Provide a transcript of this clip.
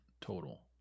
total